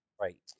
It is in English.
right